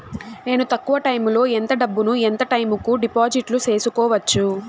నేను తక్కువ టైములో ఎంత డబ్బును ఎంత టైము కు డిపాజిట్లు సేసుకోవచ్చు?